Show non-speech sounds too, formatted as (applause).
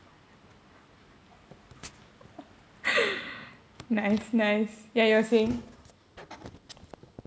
(noise) nice nice ya you were saying